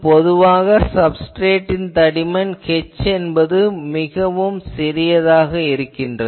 பொதுவாக சப்ஸ்ட்ரேட்டின் தடிமன் h என்பது மிகவும் சிறியதாகும்